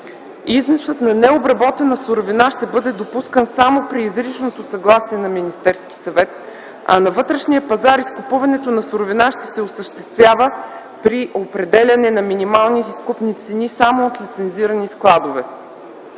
Износът на необработена суровина ще бъде допускан само при изричното съгласие на Министерския съвет, а на вътрешния пазар изкупуването на суровина ще се осъществява при определянето на минимални изкупни цени само от лицензирани складове.